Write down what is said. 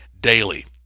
daily